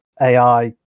AI